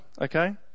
Okay